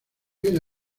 viene